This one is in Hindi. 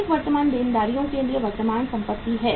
अधिक वर्तमान देनदारियों के लिए वर्तमान संपत्ति की